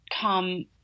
come